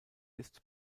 ist